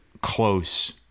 close